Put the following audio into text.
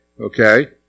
okay